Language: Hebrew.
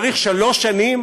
צריך שלוש שנים